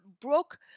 broke